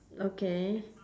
okay